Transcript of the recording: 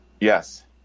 Yes